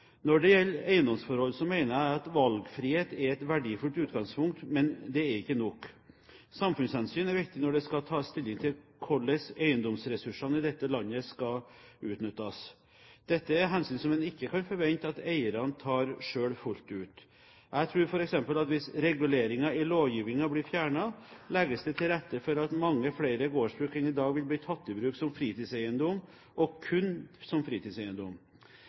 Når det gjelder eiendomsforhold, mener jeg at valgfrihet er et verdifullt utgangspunkt, men det er ikke nok. Samfunnshensyn er viktig når det skal tas stilling til hvordan eiendomsressursene i dette landet skal utnyttes. Dette er hensyn som en ikke kan forvente at eierne tar selv, fullt ut. Jeg tror f.eks. at hvis reguleringene i lovgivningen blir fjernet, legges det til rette for at mange flere gårdsbruk enn i dag vil bli tatt i bruk som fritidseiendom – og kun som fritidseiendom.